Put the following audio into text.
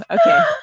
okay